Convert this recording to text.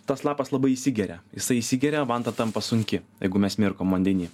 tas lapas labai įsigeria jisai įsigeria vanta tampa sunki jeigu mes mirkom vandeny